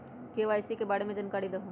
KYC के बारे में जानकारी दहु?